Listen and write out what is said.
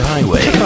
Highway